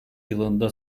yılında